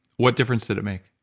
what difference did it make?